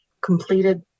completed